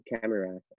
camera